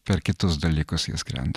per kitus dalykus jie skrenda